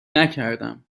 نکردم